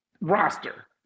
roster